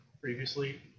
previously